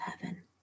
heaven